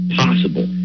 possible